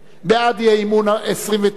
בעד האי-אמון, 29,